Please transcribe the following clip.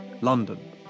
London